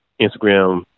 Instagram